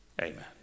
amen